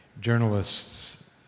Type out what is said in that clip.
journalists